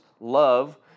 love